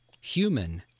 human